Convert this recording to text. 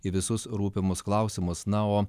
į visus rūpimus klausimus na o